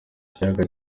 ikiyaga